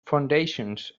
foundations